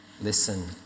listen